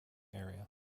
area